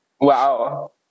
Wow